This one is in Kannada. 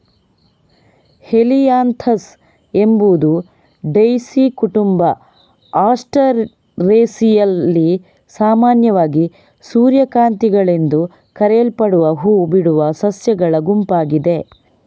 ಹೆಲಿಯಾಂಥಸ್ ಎಂಬುದು ಡೈಸಿ ಕುಟುಂಬ ಆಸ್ಟರೇಸಿಯಲ್ಲಿ ಸಾಮಾನ್ಯವಾಗಿ ಸೂರ್ಯಕಾಂತಿಗಳೆಂದು ಕರೆಯಲ್ಪಡುವ ಹೂ ಬಿಡುವ ಸಸ್ಯಗಳ ಗುಂಪಾಗಿದೆ